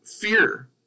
fear